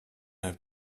have